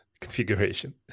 configuration